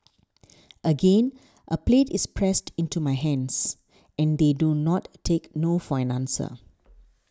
again a plate is pressed into my hands and they do not take no for an answer